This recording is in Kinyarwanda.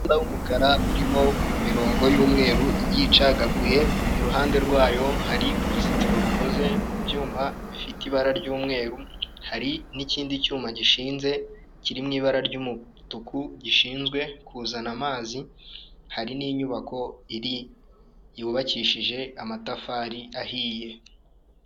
Umupira w'umukara urimo imirongo y'umweru igiye icagaguye, iruhande rwayo hari uruzitiro rukoze mu byuma bifite ibara ry'umweru, hari n'ikindi cyuma gishinze kiri mu ibara ry'umutuku gishinzwe kuzana amazi, hari n'inyubako iri yubakishije amatafari ahiye.